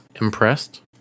Impressed